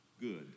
good